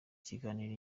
kiganiro